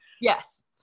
Yes